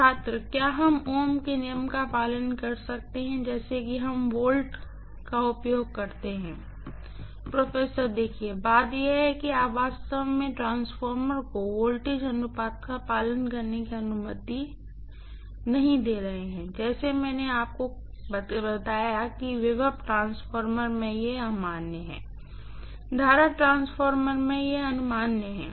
छात्र क्या हम ओम के नियम का पालन कर सकते हैं जैसे कि हम वोल्ट का उपयोग कर सकते हैं प्रोफेसर देखिए बात यह है कि आप वास्तव में ट्रांसफार्मर को वोल्टेज अनुपात का पालन करने की अनुमति नहीं दे रहे हैं जैसे मैंने आपको कैसे बताया कि वोल्टेज ट्रांसफार्मर में यह अमान्य है करंट ट्रांसफार्मर में यह अमान्य है